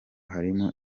harimo